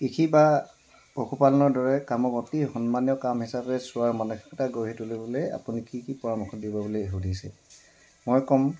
কৃষি বা পশুপালনৰ দৰে কামক অতি সন্মানীয় কাম হিচাপে চোৱা মানসিকতা গঢ়ি তুলিবলৈ আপুনি কি কি পৰামৰ্শ দিব বুলি সুধিছে মই ক'ম